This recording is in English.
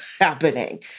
happening